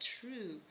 true